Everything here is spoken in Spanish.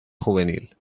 juvenil